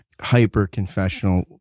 hyper-confessional